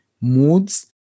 moods